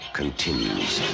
continues